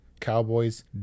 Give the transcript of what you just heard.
Cowboys